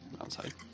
outside